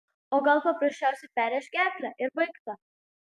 o gal paprasčiausiai perrėš gerklę ir baigta